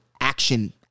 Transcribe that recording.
action